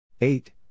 Eight